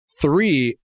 Three